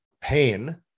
pain